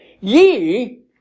Ye